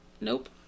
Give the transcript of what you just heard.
nope